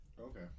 okay